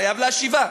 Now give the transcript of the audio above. חייב להשיבה,